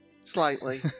Slightly